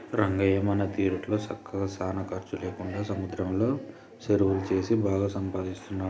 రంగయ్య మన దీరోళ్ళు సక్కగా సానా ఖర్చు లేకుండా సముద్రంలో సెరువులు సేసి బాగా సంపాదిస్తున్నారు